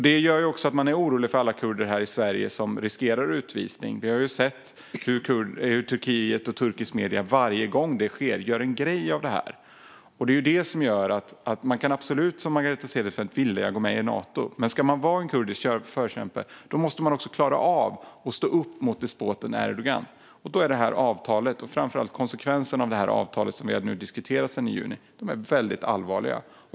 Det gör också att man är orolig för alla kurder här i Sverige som riskerar utvisning. Vi har sett hur Turkiet och turkiska medier varje gång det sker gör en grej av det. Man kan absolut som Margareta Cederfelt vilja gå med i Nato. Men ska man vara en kurdisk förkämpe måste man också klara av att stå upp mot despoten Erdogan. Då är avtalet och framför allt konsekvenserna av avtalet som vi nu har diskuterat sedan i juni väldigt allvarliga.